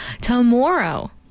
Tomorrow